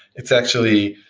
it's actually,